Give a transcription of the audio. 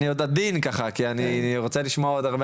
אני עוד עדין כי אני רוצה לשמוע עוד הרבה